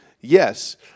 Yes